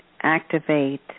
activate